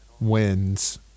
wins